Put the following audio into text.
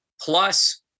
plus